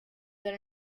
than